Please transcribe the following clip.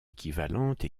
équivalente